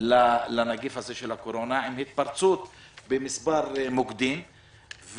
לנגיף הקורונה עם התפרצויות במספר מוקדים,